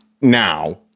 now